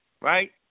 right